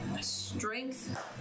strength